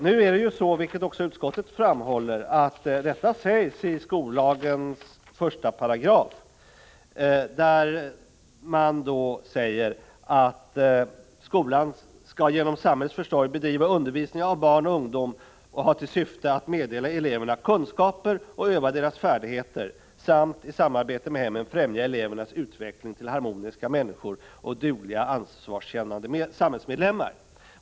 Nu är det så, vilket också utskottet framhåller, att det sägs i skollagens första paragraf att den genom samhällets försorg bedrivna undervisningen av barn och ungdom har till syfte att meddela eleverna kunskaper och öva deras färdigheter samt i samarbete med hemmen främja elevernas utveckling till harmoniska människor och till dugliga och ansvarskännande samhällsmedlemmar.